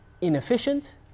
inefficient